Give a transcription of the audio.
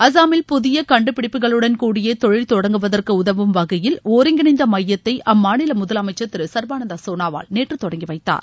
அசாமில் புதிய கண்டுபிடிப்புகளுடன்கூடிய தொழில் தொடங்குவதற்கு உதவும் வகையில் ஒருங்கிணைந்த மையத்தை அம்மாநில முதலமைச்சர் திரு சர்பானந்த சோனாவால் நேற்று தொடங்கி வைத்தார்